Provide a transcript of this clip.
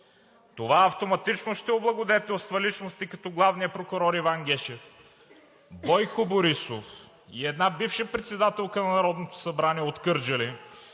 Това автоматично ще облагодетелства личности, като главния прокурор Иван Гешев, Бойко Борисов и една бивша председателка на Народното събрание от Кърджали,